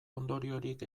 ondoriorik